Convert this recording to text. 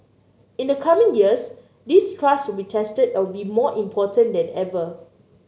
in the coming years this trust will be tested and will be more important than ever